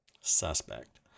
suspect